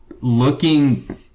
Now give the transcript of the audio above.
looking